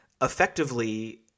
effectively